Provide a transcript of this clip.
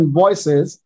voices